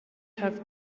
have